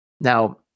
Now